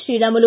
Sriramulu